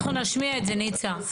אנחנו נשמיע את זה, ניצה.